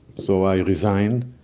so i resigned.